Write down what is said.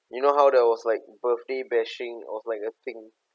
you know how there was like birthday bashing was like a thing